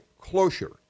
closure